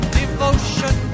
devotion